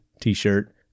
t-shirt